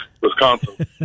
Wisconsin